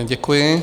Děkuji.